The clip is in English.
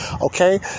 okay